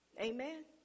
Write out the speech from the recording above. Amen